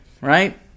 Right